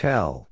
Tell